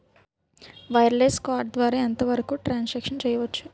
Wireless card ద్వారా ఎంత వరకు ట్రాన్ సాంక్షన్ చేయవచ్చు?